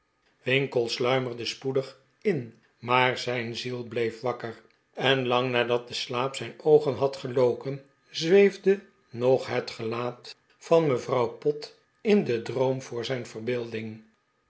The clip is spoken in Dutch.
winkle sluimerde spoedig in maar zijn ziel bleef wakker en lang nadat de slaap zijn oogen had geloken zweef de nog het gelaat van mevrouw pott in den droom voor zijn verbeelding